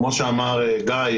כמו שאמר גיא,